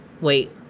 Wait